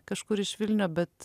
kažkur iš vilnio bet